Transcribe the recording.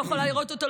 לא יכולה לראות אותו,